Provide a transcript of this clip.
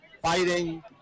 fighting